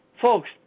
folks